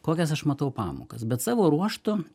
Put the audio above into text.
kokias aš matau pamokas bet savo ruožtu